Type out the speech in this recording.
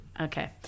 okay